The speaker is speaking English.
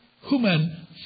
human